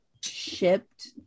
shipped